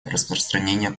распространения